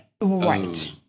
Right